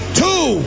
two